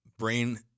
brain